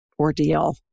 ordeal